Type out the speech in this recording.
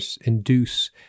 induce